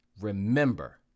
remember